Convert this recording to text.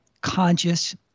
conscious